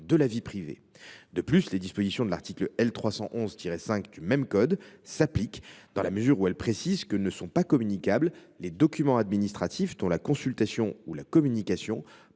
de la vie privée ». De plus, les dispositions de l’article L. 311 5 du même code s’appliquent dans la mesure où elles précisent que ne sont pas communicables les documents administratifs dont la consultation ou la communication